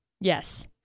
Yes